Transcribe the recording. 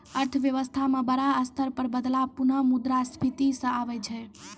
अर्थव्यवस्था म बड़ा स्तर पर बदलाव पुनः मुद्रा स्फीती स आबै छै